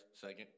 second